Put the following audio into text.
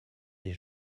des